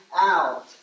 out